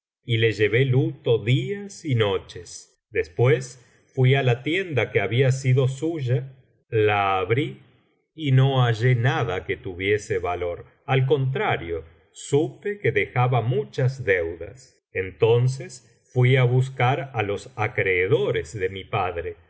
y le llevé luto días y noches después fui á la tienda que había sido suya la abrí y no hallé nada que tuviese valor al contrario supe que dejaba muchas deudas entonces fui á buscar á los acreedores de mi padre